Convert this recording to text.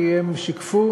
כי הם שיקפו